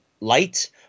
light